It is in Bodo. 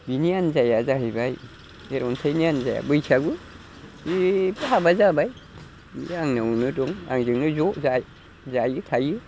बिनि आनजाया जाहैबाय बे रनसायनि आनजाया बैसागु बेबो हाबा जाबाय ओमफाय आंनियावनो दं आंजोंनो ज' जायो थायो